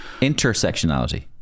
intersectionality